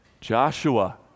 Joshua